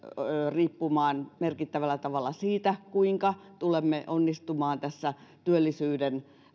riippumaan merkittävällä tavalla siitä kuinka tulemme onnistumaan tässä työllisyyden